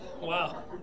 Wow